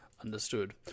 understood